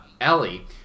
Ellie